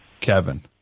Kevin